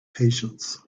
patience